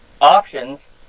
options